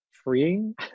freeing